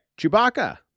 Chewbacca